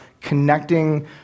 connecting